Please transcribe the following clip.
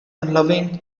unloving